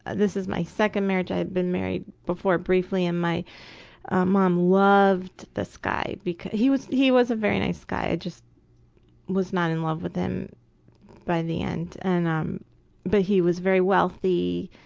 and this is my second marriage, i had been married before briefly, and my mom loved this guy because he was he was a very nice guy, i just was not in love with him by the end and um but he was very wealthy,